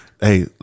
Hey